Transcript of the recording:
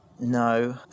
No